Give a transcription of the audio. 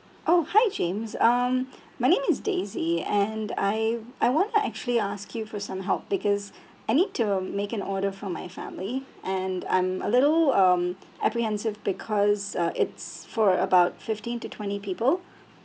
oh hi james um my name is daisy and I I want to actually ask you for some help because I need to make an order for my family and I'm a little um apprehensive because uh it's for about fifteen to twenty people